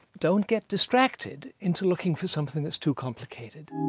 don't get distracted into looking for something that's too complicated.